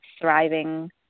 thriving